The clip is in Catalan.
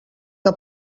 que